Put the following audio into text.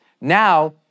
Now